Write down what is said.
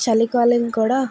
చలికాలం కూడా